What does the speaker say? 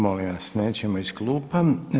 Molim vas, nećemo iz kupa.